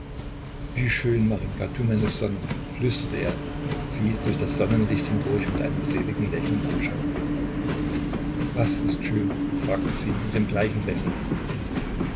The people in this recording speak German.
wie schön marinjka du meine sonne flüsterte er sie durch das sonnenlicht hindurch mit einem seligen lächeln anschauend was ist schön fragte sie mit dem gleichen lächeln